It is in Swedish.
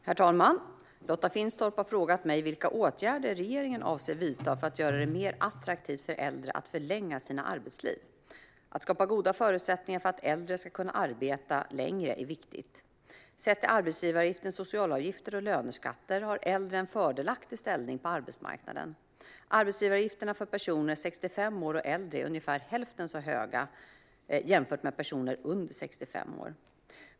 Herr talman! Lotta Finstorp har frågat mig vilka åtgärder regeringen avser att vidta för att göra det mer attraktivt för äldre att förlänga sina arbetsliv. Att skapa goda förutsättningar för att äldre ska kunna arbeta längre är viktigt. Sett till arbetsgivaravgifter, socialavgifter och löneskatter har äldre en fördelaktig ställning på arbetsmarknaden. Arbetsgivaravgifterna för personer som är 65 år och äldre är ungefär hälften så höga som dem för personer under 65 år.